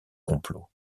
complot